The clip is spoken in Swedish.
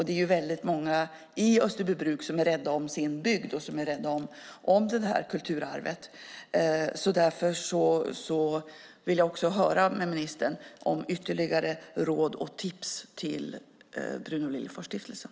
Det finns väldigt många i Österbybruk som är rädda om sin bygd och det här kulturarvet. Därför vill jag också be ministern om ytterligare råd och tips till Bruno Liljefors-stiftelsen.